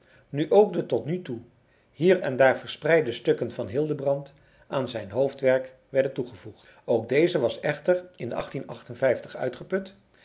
nu ook de tot nog toe hier en daar verspreide stukken van hildebrand aan zijn hoofdwerk werden toegevoegd ook deze was echter in uitgeput